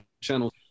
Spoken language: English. channels